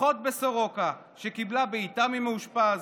אחות מסורוקה שקיבלה בעיטה ממאושפז,